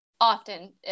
Often